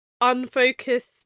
unfocused